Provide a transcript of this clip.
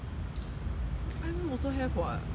I_M_M also have [what] L_V chanel